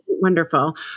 wonderful